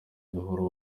buhuru